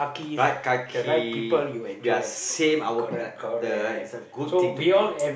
right kaki we are same our like like the it's like good thing to Play I'm tell